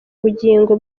ubugingo